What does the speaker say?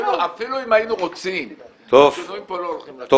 אפילו אם היינו רוצים השינויים פה לא הולכים לכיוון הזה.